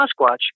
Sasquatch